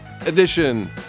edition